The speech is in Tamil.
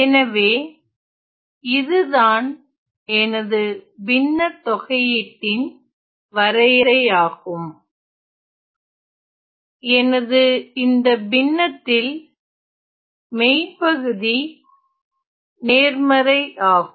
எனவே இதுதான் எனது பின்ன தொகையீட்டின் வரையறையாகும் எனது இந்த பின்னத்தில் மெய்ப்பகுதி நேர்மறை ஆகும்